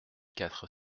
quatre